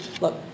Look